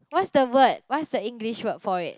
what's the word what's the English word for it